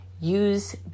use